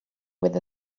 with